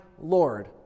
Lord